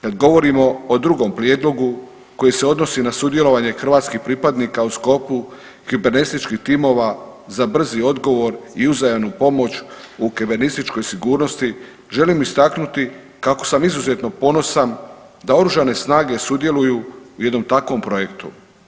Kad govorimo o drugom prijedlogu koji se odnosi na sudjelovanje hrvatskih pripadnika u sklopu kibernetičkih timova za brzi odgovor i uzajamnu pomoć u kibernetičkoj sigurnosti želim istaknuti kako sam izuzetno ponosan da oružane snage sudjeluju u jednom takvom projektu.